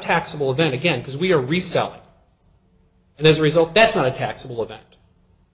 taxable event again because we are reselling and as a result that's not a taxable event